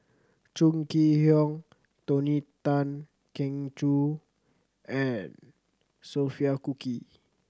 Chong Kee Hiong Tony Tan Keng Joo and Sophia Cooke